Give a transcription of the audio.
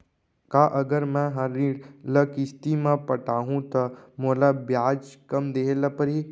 का अगर मैं हा ऋण ल किस्ती म पटाहूँ त मोला ब्याज कम देहे ल परही?